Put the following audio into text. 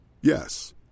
Yes